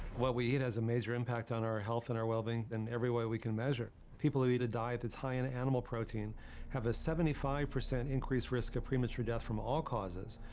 what we eat has a major impact on our health and our well being in every way we can measure. people who eat a diet that's high in animal protein have a seventy five percent increased risk of premature death from all causes,